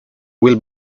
will